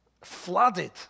Flooded